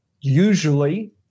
Usually